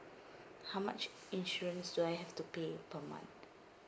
how much insurance do I have to pay per month